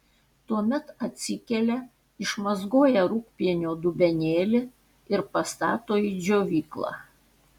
tuomet atsikelia išmazgoja rūgpienio dubenėlį ir pastato į džiovyklą